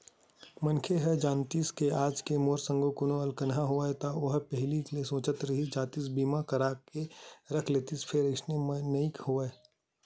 मनखे ह जानतिस के आज मोर संग कोनो अलहन होवइया हे ता ओहा पहिली ले सचेत हो जातिस बीमा करा के रख लेतिस फेर अइसन नइ होवय